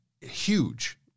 huge